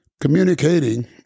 communicating